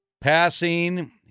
Passing